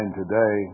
today